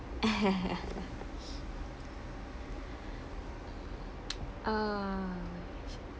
uh